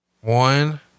One